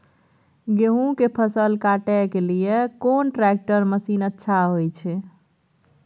गेहूं के फसल काटे के लिए कोन ट्रैक्टर मसीन अच्छा होय छै?